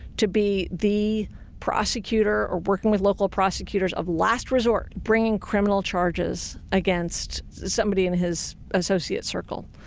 to be the prosecutor or working with local prosecutors of last resort, bringing criminal charges against somebody in his associate circle.